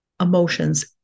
emotions